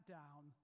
down